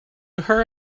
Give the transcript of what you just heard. her